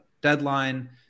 deadline